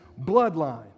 bloodline